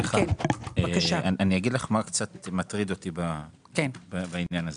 אני אגיד לך מה קצת מטריד אותי בעניין הזה.